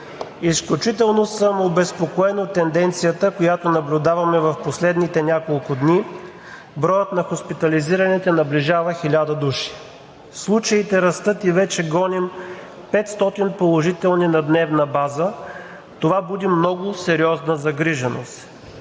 Изключително съм обезпокоен от тенденцията, която наблюдаваме в последните няколко дни – броят на хоспитализираните наближава 1000 души. Случаите растат и вече гоним 500 положителни на дневна база. Това буди много сериозна загриженост.